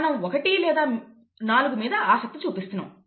మనం 1 లేదా 4 మీద ఆసక్తి చూపిస్తున్నాం